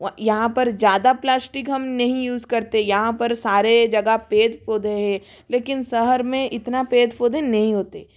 यहाँ पर ज़्यादा प्लाश्टिक हम नहीं यूज़ करते यहाँ पर सारे जगह पेड़ पौधे है लेकिन शहर में इतना पेड़ पौधे नहीं होते